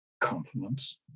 compliments